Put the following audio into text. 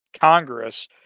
Congress